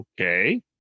Okay